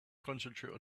concentrate